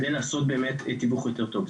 זאת על מנת לעשות באמת תיווך יותר טוב,